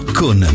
con